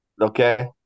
Okay